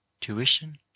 tuition